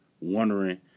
wondering